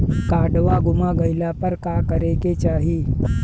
काडवा गुमा गइला पर का करेके चाहीं?